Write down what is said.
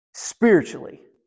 Spiritually